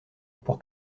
pour